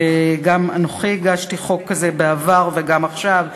וגם אנוכי הגשתי חוק כזה בעבר וגם עכשיו,